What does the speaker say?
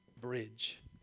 bridge